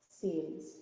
seems